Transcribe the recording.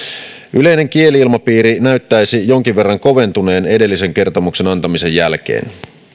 yleinen kieli ilmapiiri näyttäisi jonkin verran koventuneen edellisen kertomuksen antamisen jälkeen